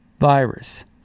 virus